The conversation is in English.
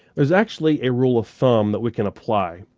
there's actually a rule of thumb that we can apply.